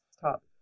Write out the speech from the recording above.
top